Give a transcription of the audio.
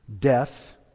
Death